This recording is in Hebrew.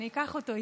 אני אקח אותו איתי,